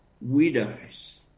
Widows